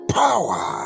power